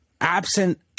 absent